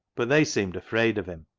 but they seemed afraid of him,